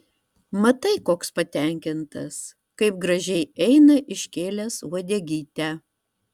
matai koks patenkintas kaip gražiai eina iškėlęs uodegytę